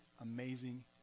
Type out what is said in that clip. amazing